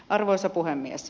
arvoisa puhemies